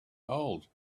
old